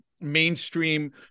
mainstream